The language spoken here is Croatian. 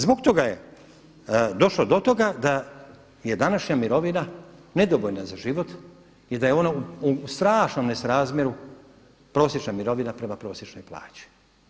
Zbog toga je došlo do toga da je današnja mirovina nedovoljna za život i da je ona u strašnom nesrazmjeru prosječna mirovina prema prosječnoj plaći.